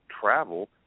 travel